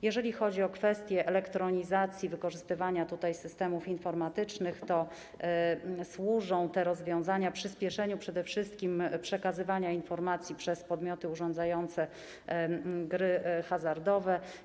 Jeżeli chodzi o kwestię elektronizacji, wykorzystywania systemów informatycznych, to te rozwiązania służą przyspieszeniu przede wszystkim przekazywania informacji przez podmioty urządzające gry hazardowe.